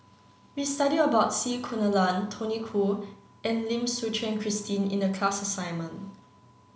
we studied about C Kunalan Tony Khoo and Lim Suchen Christine in the class assignment